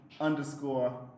underscore